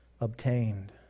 obtained